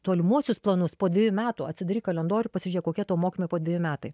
tolimuosius planus po dvejų metų atsidaryk kalendorių pasižiūrėk kokie tavo mokymai po dviejų metai